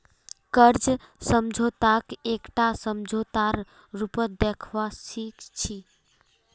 कर्ज समझौताक एकटा समझौतार रूपत देखवा सिख छी